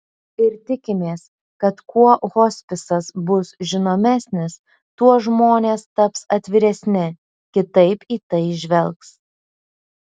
ir tikimės kad kuo hospisas bus žinomesnis tuo žmonės taps atviresni kitaip į tai žvelgs